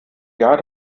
jahr